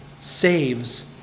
saves